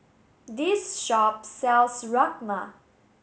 this shop sells Rajma